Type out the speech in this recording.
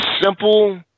simple